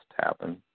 happen